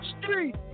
street